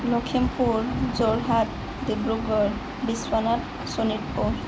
Lakhimpur Jorhat Dibrugarh Biswanath Sonitpur